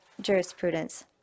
jurisprudence